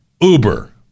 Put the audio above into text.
Uber